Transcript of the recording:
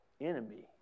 enemy